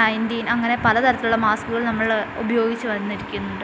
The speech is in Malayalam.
നയന്റീൻ അങ്ങനെ പല തരത്തിലുള്ള മാസ്കുകൾ നമ്മൾ ഉപയോഗിച്ചു വന്നിരിക്കുന്നുണ്ട്